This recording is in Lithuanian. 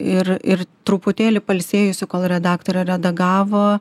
ir ir truputėlį pailsėjusi kol redaktorė redagavo